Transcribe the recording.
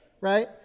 right